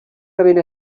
rebent